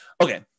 okay